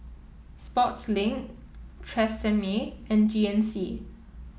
Sportslink Tresemme and G N C